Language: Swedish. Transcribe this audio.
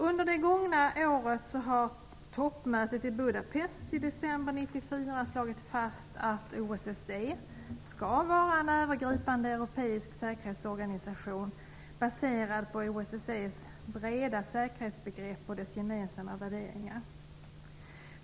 Under det gångna året slog toppmötet i Budapest i december 1994 fast att OSSE skall vara en övergripande europeisk säkerhetsorganisation baserad på OSSE:s breda säkerhetsbegrepp och dess gemensamma värderingar.